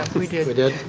we did. we did?